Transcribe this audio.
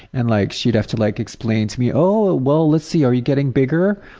and like she'd have to like explain to me, oh, ah well, let's see are you getting bigger?